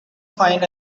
find